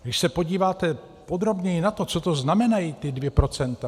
Když se podíváte podrobněji na to, co znamenají ta dvě procenta.